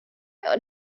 och